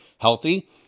healthy